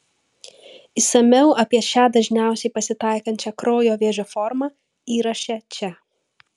išsamiau apie šią dažniausiai pasitaikančią kraujo vėžio formą įraše čia